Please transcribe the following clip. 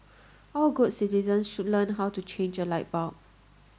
all good citizens should learn how to change a light bulb